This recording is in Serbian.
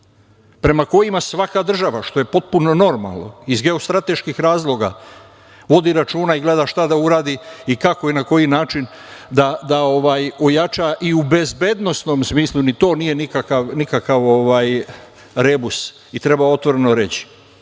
prema kojima svaka država, što je potpuno normalno iz geostrateških razloga, vodi računa i gleda šta da uradi i kako i na koji način da ojača i u bezbednosnom smislu i to nije nikakav rebus, i treba otvoreno reći,